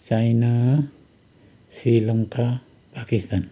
China Sri Lanka Pakistan